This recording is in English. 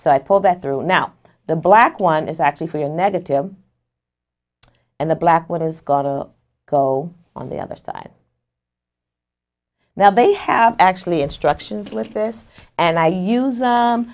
so i pull that through now the black one is actually for negative and the black what is got to go on the other side now they have actually instructions with this and i use